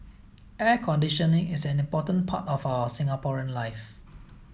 air conditioning is an important part of our Singaporean life